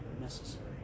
necessary